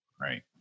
Right